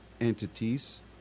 entities